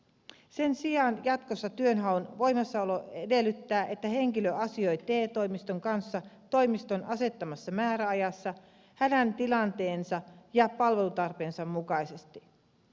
sen sijaan jatkossa työnhaun voimassaolo edellyttää että henkilö asioi te toimiston kanssa toimiston asettamassa määräajassa tilanteensa ja palvelutarpeensa mukaisesti